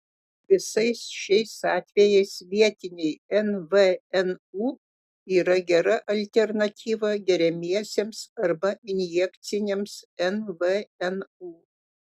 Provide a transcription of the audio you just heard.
visais šiais atvejais vietiniai nvnu yra gera alternatyva geriamiesiems arba injekciniams nvnu